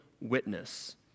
witness